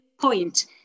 point